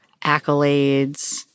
accolades